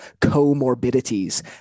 comorbidities